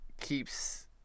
keeps